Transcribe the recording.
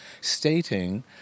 stating